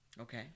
okay